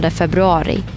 februari